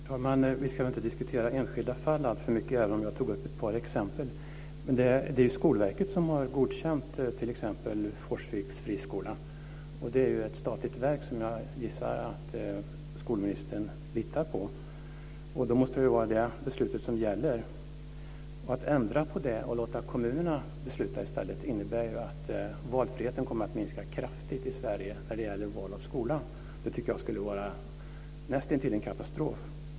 Herr talman! Vi ska inte diskutera enskilda fall alltför mycket, även om jag tog upp ett par exempel. Men det är Skolverket som har godkänt t.ex. Forsviks friskola, och det är ju ett statligt verk som jag gissar att skolministern litar på. Då måste det vara det beslutet som gäller. Att ändra på det och låta kommunerna bestämma i stället innebär ju att valfriheten kommer att minska kraftigt i Sverige när det gäller val av skola. Det tycker jag skulle vara näst intill en katastrof.